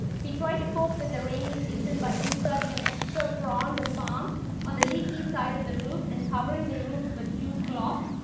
he tried to cope with the rainy season by inserting an extra frond of palm on the leaky side of the roof and covering the roof with jute cloth.